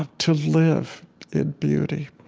ah to live in beauty